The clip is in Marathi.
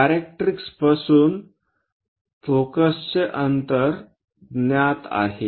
डायरेक्ट्रिक्सपासून फोकसचे अंतर ज्ञात आहे